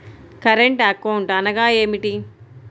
Current account అనగా ఏమిటి?